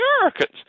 Americans